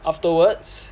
afterwards